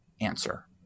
answer